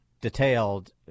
detailed